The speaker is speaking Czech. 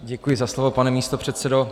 Děkuji za slovo, pane místopředsedo.